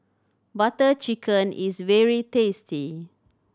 Butter Chicken is very tasty